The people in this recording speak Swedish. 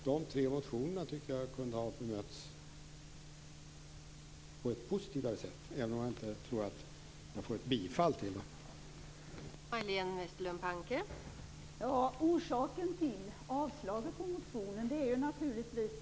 Jag anser att de tre motionerna kunde ha bemötts på ett mer positivt sätt, även om jag inte tror att utskottet skulle tillstyrka dem.